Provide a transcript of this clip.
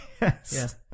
Yes